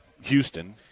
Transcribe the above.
Houston